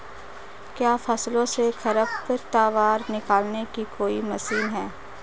क्या फसलों से खरपतवार निकालने की कोई मशीन है?